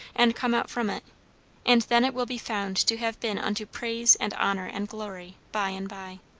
and come out from it and then it will be found to have been unto praise and honour and glory' by and by.